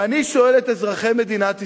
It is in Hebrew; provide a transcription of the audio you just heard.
ואני שואל את אזרחי מדינת ישראל,